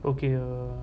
okay uh